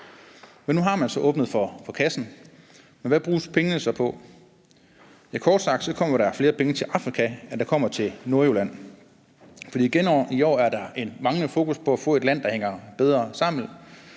Men nu har man så åbnet for kassen, så hvad bruges pengene så på? Ja, kort sagt kommer der flere penge til Afrika, end der kommer til Nordjylland. For igen i år er der et manglende fokus på at få et land, der hænger bedre sammen.